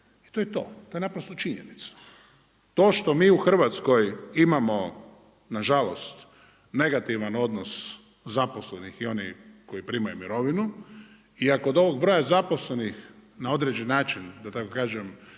I to je to, to je naprosto činjenica. To što mi u Hrvatskoj imamo nažalost negativan odnos zaposlenih i onih koji primaju mirovinu i ako kod ovog broja zaposlenih na određeni način da tako kažem